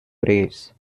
braves